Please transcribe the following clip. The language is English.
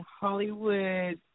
Hollywood